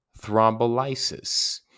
thrombolysis